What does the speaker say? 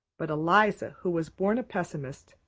but eliza, who was born a pessimist,